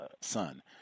son